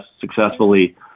successfully